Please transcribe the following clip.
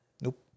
Nope